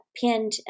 pinned